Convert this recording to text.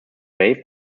wave